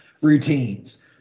routines